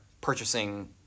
purchasing